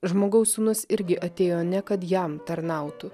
žmogaus sūnus irgi atėjo ne kad jam tarnautų